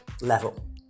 level